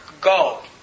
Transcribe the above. go